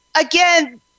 again